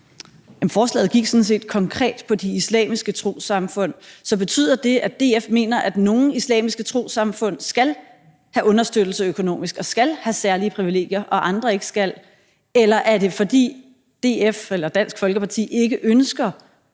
forslaget gik sådan set konkret på de islamiske trossamfund. Så betyder det, at DF mener, at nogle islamiske trossamfund skal understøttes økonomisk og skal have særlige privilegier, og at andre ikke skal? Eller er det, fordi Dansk Folkeparti ikke ønsker